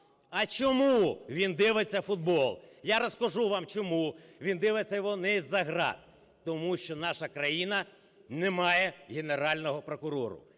А чому він дивиться футбол? Я розкажу вам, чому він дивиться його не з-за ґрат. Тому що наша країна не має Генерального прокурора.